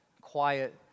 quiet